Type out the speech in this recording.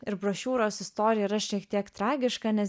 ir brošiūros istorija yra šiek tiek tragiška nes